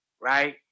right